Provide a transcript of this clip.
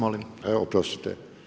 Oprostite.